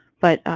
but,